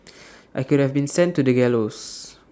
I could have been sent to the gallows